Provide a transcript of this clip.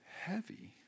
heavy